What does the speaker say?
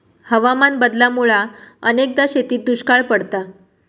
हवामान बदलामुळा अनेकदा शेतीत दुष्काळ पडता